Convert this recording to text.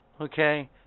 okay